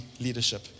leadership